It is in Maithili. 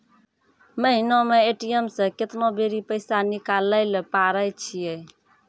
महिना मे ए.टी.एम से केतना बेरी पैसा निकालैल पारै छिये